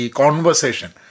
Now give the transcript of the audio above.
conversation